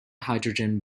hydrogen